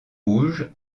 rouge